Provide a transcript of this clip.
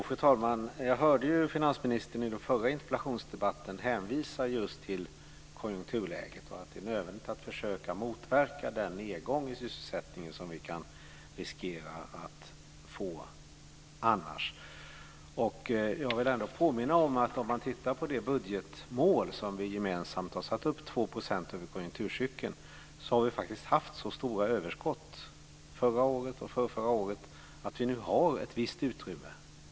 Fru talman! Jag hörde finansministern hänvisa till konjunkturläget i den förra interpellationsdebatten. Han sade att det är nödvändigt att försöka motverka den nedgång i sysselsättningen som vi annars kan riskera att få. Det budgetmål som vi har satt upp gemensamt uppgår till 2 % över konjunkturcykeln. Vi har faktiskt haft så stora överskott förra året och förrförra året att vi nu har ett visst utrymme.